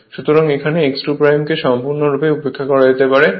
সুতরাং এখানে x 2কে সম্পূর্ণরূপে উপেক্ষা করা যেতে পারে